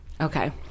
Okay